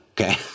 okay